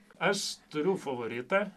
aš turiu favoritą